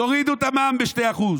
תורידו את המע"מ ב-2%,